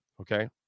okay